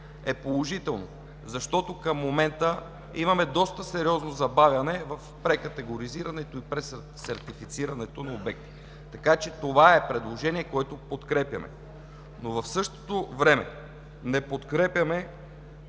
е положително, защото към момента имаме доста сериозно забавяне в прекатегоризирането и пресертифицирането на обектите, което подкрепяме. В същото време не подкрепяме